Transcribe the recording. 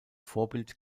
vorbild